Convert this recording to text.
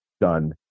done